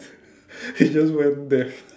he just went there